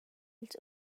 ils